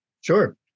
Sure